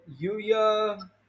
Yuya